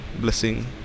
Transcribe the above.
blessing